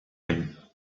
him